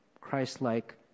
christ-like